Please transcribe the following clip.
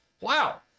Wow